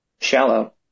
shallow